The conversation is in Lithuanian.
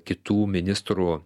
kitų ministrų